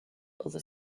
other